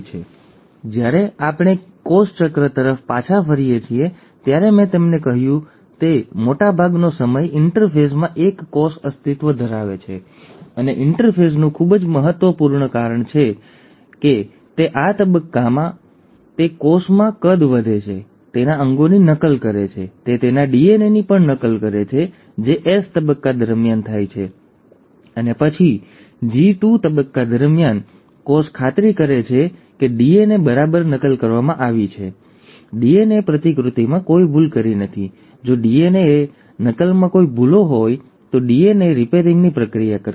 તેથી જ્યારે આપણે કોષ ચક્ર તરફ પાછા ફરીએ છીએ ત્યારે મેં તમને કહ્યું હતું કે મોટાભાગનો સમય ઇન્ટરફેઝમાં એક કોષ અસ્તિત્વ ધરાવે છે અને ઇન્ટરફેઝનું ખૂબ જ મહત્વ છે કારણ કે તે આ તબક્કા દરમિયાન છે કે કોષ કદમાં વધે છે તેના અંગોની નકલ કરે છે તે તેના ડીએનએની નકલ પણ કરે છે જે એસ તબક્કા દરમિયાન થાય છે અને પછી જી 2 તબક્કા દરમિયાન કોષ ખાતરી કરે છે કે ડીએનએ બરાબર નકલ કરવામાં આવી છે ડીએનએ પ્રતિકૃતિમાં કોઈ ભૂલ નથી જો ડીએનએ નકલમાં કોઈ ભૂલો હોય તો ડીએનએ રિપેરિંગની પ્રક્રિયા થશે